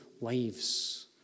lives